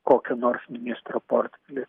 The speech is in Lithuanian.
kokio nors ministro portfelį